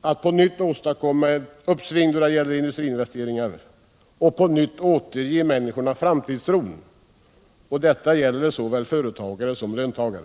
att på nytt åstadkomma ett uppsving då det gäller industriinvesteringarna och på nytt återge människorna framtidstron — detta gäller såväl företagare som löntagare.